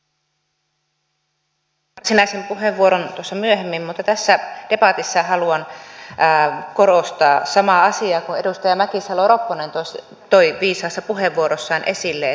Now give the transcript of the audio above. käytän varsinaisen puheenvuoron myöhemmin mutta tässä debatissa haluan korostaa samaa asiaa kuin edustaja mäkisalo ropponen toi viisaassa puheenvuorossaan esille